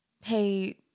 Hey